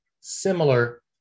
similar